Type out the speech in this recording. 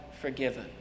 forgiven